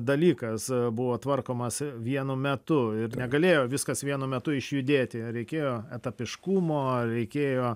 dalykas buvo tvarkomas vienu metu ir negalėjo viskas vienu metu išjudėti reikėjo etapiškumo reikėjo